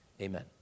Amen